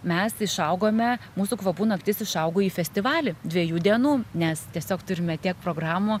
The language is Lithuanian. mes išaugome mūsų kvapų naktis išaugo į festivalį dviejų dienų nes tiesiog turime tiek programų